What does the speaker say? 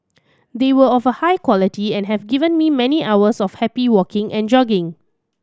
they were of a high quality and have given me many hours of happy walking and jogging